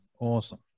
Awesome